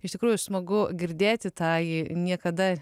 iš tikrųjų smagu girdėti tą jį niekada